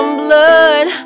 blood